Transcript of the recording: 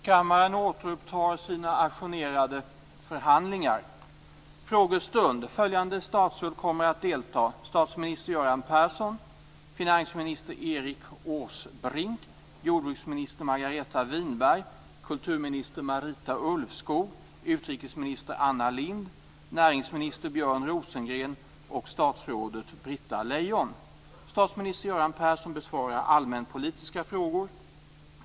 Kammaren återupptar sina ajournerade förhandlingar för frågestund. Följande statsråd kommer att delta: Statsminister Göran Persson, finansminister Statsminister Göran Persson besvarar allmänpolitiska frågor.